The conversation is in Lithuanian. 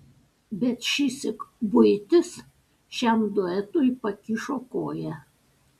bet šįsyk buitis šiam duetui pakišo koją